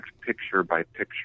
picture-by-picture